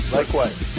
Likewise